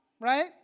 Right